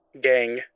Gang